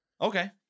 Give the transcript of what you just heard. Okay